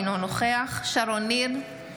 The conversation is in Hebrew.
אינו נוכח שרון ניר,